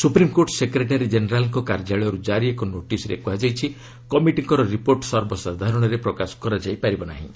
supreme court secretary ଜେନେରାଲ୍ଙ୍କ କାର୍ଯ୍ୟାଳୟରୁ ଜାରି ଏକ ନୋଟିସ୍ରେ କୁହାଯାଇଛି କମିଟିଙ୍କର ରିପୋର୍ଟ ସର୍ବସାଧାରଣରେ ପ୍ରକାଶ କରାଯାଇପାରିବ ନାହିଁ